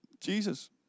Jesus